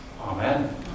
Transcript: Amen